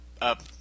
up